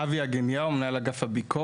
אבי אגניהו, מנהל אגף הביקורת,